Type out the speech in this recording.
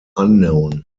unknown